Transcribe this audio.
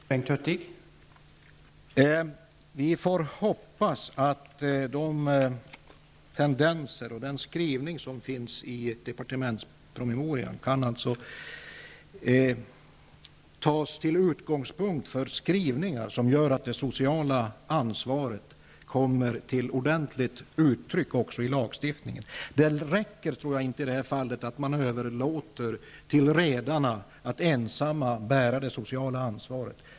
Herr talman! Vi får hoppas att tendenserna som framkommer i departementspromemorian kan tas som utgångspunkt för skrivningar som gör att det sociala ansvaret uttrycks ordentligt i lagstiftningen. Det räcker inte att överlåta till redarna att ensamma bära det sociala ansvaret.